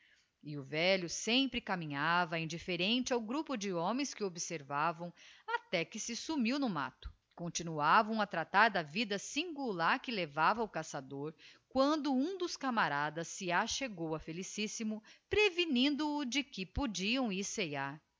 e o velho sempre caminhava indilíerente ao grupo de homens que o observavam até que se sumiu no matto continuavam a tratar da vida singular que levava o caçador quando um dos camaradas se achegou a felicíssimo prevenindo o de que podiam ir